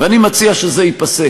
ואני מציע שזה ייפסק,